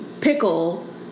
pickle